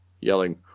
yelling